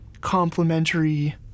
complementary